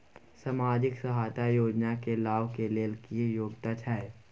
सामाजिक सहायता योजना के लाभ के लेल की योग्यता छै?